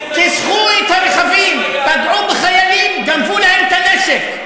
כיסחו את הרכבים, פגעו בחיילים, גנבו להם את הנשק.